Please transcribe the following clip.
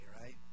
right